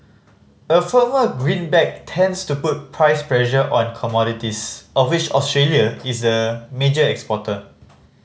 a firmer greenback tends to put price pressure on commodities of which Australia is a major exporter